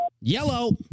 Yellow